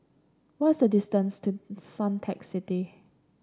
what is the distance to Suntec City